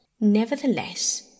nevertheless